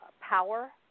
power